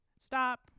stop